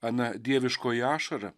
ana dieviškoji ašara